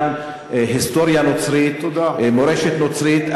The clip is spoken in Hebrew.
גם היסטוריה נוצרית ומורשת נוצרית.